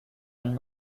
and